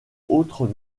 autres